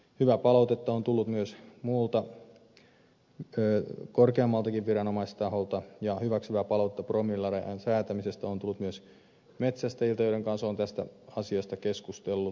hyvää palautetta on tullut myös muulta korkeammaltakin viranomaistaholta ja hyväksyvää palautetta promillerajan säätämisestä on tullut myös metsästäjiltä joiden kanssa olen tästä asiasta keskustellut